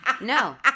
No